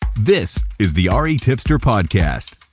this is the ah retipster podcast.